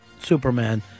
Superman